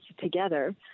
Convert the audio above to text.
together